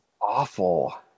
awful